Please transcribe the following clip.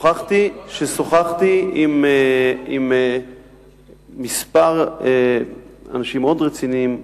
שוחחתי עם כמה אנשים מאוד רציניים